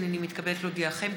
הינני מתכבדת להודיעכם,